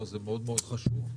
זה מאוד-מאוד חשוב.